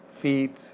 feet